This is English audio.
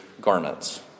garments